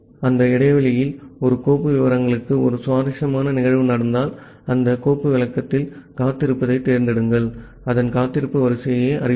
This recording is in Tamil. அந்த இடைவெளியில் ஒரு கோப்பு விவரிப்பாளருக்கு ஒரு சுவாரஸ்யமான நிகழ்வு நடந்தால் அந்த கோப்பு விளக்கத்தில் காத்திருப்பதைத் தேர்ந்தெடுங்கள் அதன் காத்திருப்பு வரிசையை அறிவிக்கும்